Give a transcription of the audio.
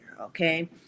okay